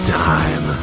time